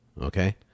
Okay